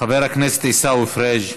חבר הכנסת עיסאווי פריג',